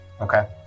Okay